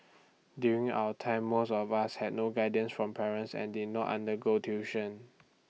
during our time most of us had no guidance from parents and did not undergo tuition